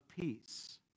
peace